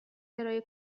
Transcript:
کرایه